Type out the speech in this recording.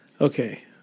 Okay